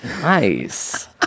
Nice